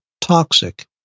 toxic